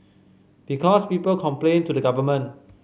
because people complain to the government